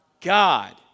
God